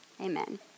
Amen